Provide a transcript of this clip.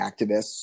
activists